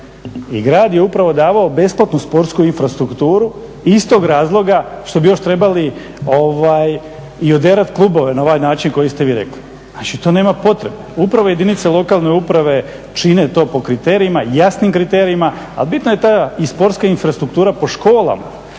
I grad je upravo davao besplatnu sportsku infrastrukturu iz tog razloga što bi još trebali i oderati klubove na ovaj način na koji ste vi rekli. Znači, to nema potrebe. Upravo jedinice lokalne uprave čine to po kriterijima, jasnim kriterijima. Ali bitna je i ta sportska infrastruktura po školama